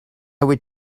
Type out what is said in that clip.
would